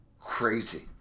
crazy